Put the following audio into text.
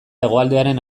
hegoaldearen